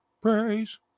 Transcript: praise